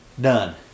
Done